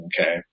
Okay